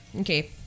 Okay